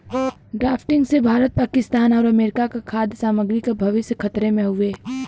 drafting से भारत पाकिस्तान आउर America क खाद्य सामग्री क भविष्य खतरे में हउवे